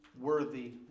worthy